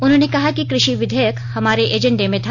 उन्होंने कहा कि कृषि विधेयक हमारे एजेंडे में था